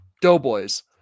Doughboys